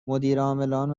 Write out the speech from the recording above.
مدیرعاملان